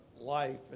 life